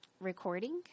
recording